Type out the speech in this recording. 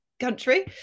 country